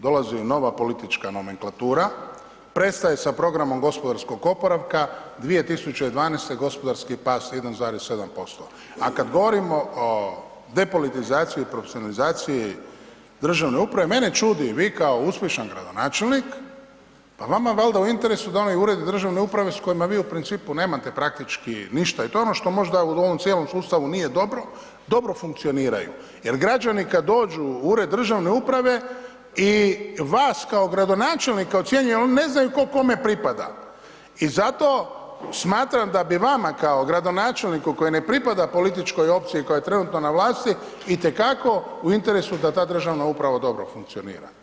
Dolazi politička nomenklatura, prestaje sa programom gospodarskog oporavka, 2012. gospodarski pad 1,7% a kad govorimo o depolitizaciji i profesionalizaciji državne uprave, mene čudi, vi kao uspješan gradonačelnik, pa vama je valjda u interesu da onaj ured državne uprave s kojima vi u principu nemate praktički ništa i to je ono što možda u ovom cijelom sustavu nije dobro, dobro funkcioniraju jer građani kad dođu u ured državne uprave i vas kao gradonačelnika ocjenjuje ali oni ne znaju tko kome pripada i zato smatram da bi vama kao gradonačelniku koji ne pripada političkoj opciji koja je trenutno na vlasti, itekako u interesu da ta državna uprava dobro funkcionira.